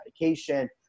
medication